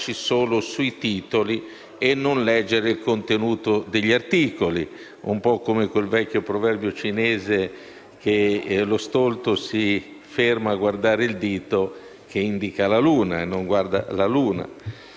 cui lo stolto si ferma a guardare il dito che indica la luna e non guarda la luna. Applicare questo metodo ai ponderosi documenti programmatici rischia di giocarci un brutto tiro